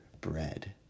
bread